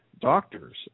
doctors